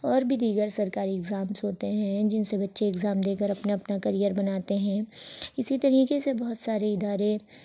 اور بھی دیگر سرکاری ایگزامس ہوتے ہیں جن سے بچے ایگزام دے کر اپنا اپنا کریئر بناتے ہیں اسی طریقے سے بہت سارے ادارے